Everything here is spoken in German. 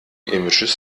images